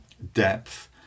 depth